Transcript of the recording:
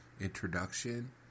introduction